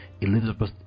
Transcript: Elizabeth